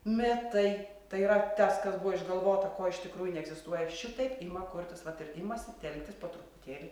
mitai tai yra tas kas buvo išgalvota ko iš tikrųjų neegzistuoja šitaip ima kurtis vat ir imasi telktis po truputėlį